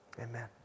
Amen